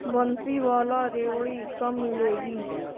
بنسی والا ریوڑی کب ملے گی